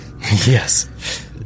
Yes